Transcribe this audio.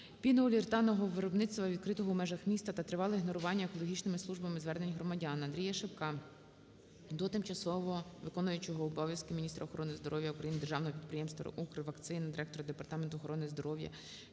пінополіуретанового виробництва, відкритого у межах міста, та тривале ігнорування екологічними службами звернень громадян. АндріяШипка до тимчасово виконуючої обов'язки міністра охорони здоров'я України, Державного підприємства "Укрвакцина", директора Департамента охорони здоров'я